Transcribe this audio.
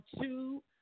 two